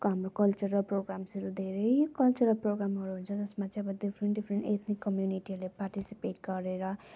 हाम्रो कल्चरल प्रोग्राम्सहरू धेरै कल्चरल प्रोग्रामहरू हुन्छ जसमा चाहिँ अब डिफ्रेन्ट डिफ्रेन्ट एथनिक कम्युनिटीहरूले पार्टिसिपेट गरेर